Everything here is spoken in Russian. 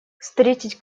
встретить